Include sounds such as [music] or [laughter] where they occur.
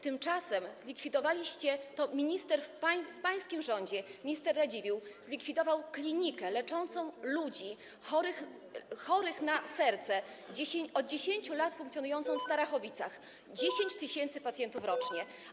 Tymczasem zlikwidowaliście, to minister w pańskim rządzie, minister Radziwiłł zlikwidował klinikę leczącą ludzi chorych na serce, od 10 lat funkcjonującą [noise] w Starachowicach - 10 tys. pacjentów rocznie.